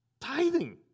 Tithing